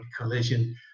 collision